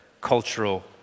cultural